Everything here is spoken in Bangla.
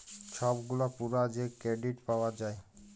ছব গুলা পুরা যে কেরডিট পাউয়া যায়